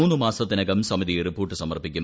മൂന്ന് മാസത്തിനകം സമിതി റിപ്പോർട്ട് സമർപ്പിക്കും